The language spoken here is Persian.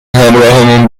همراهمون